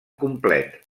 complet